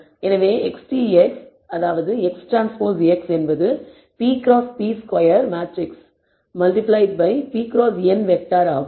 எனவே XTX X transpose X என்பது p xகிராஸ் p square matrix multiple by p xகிராஸ் n வெக்டார் ஆகும்